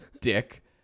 dick